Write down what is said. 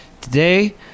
Today